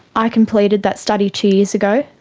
i completed that study two years ago,